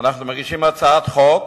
ואנחנו מגישים הצעת חוק